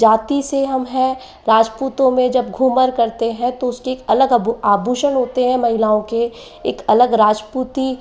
जाति से हम हैं राजपूतों मे जब घूमर करते हैं तो एक उसके अलग आभूषण होते हैं महिलाओं के एक अलग राजपूती